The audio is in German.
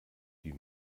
die